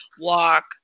walk